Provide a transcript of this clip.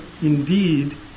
indeed